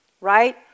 right